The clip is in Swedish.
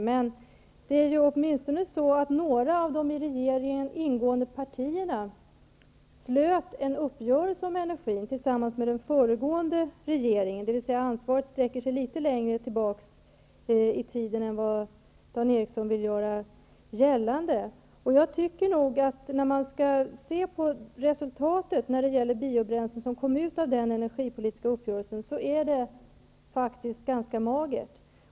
Men några av de i regeringen ingående partierna träffade en uppgörelse om energin tillsammans med den föregående regeringen. Ansvaret sträcker sig litet längre tillbaks i tiden än vad Dan Ericsson i Kolmården vill göra gällande. Det resultat som kom ut av den energipolitiska uppgörelsen om biobränsle är ganska magert.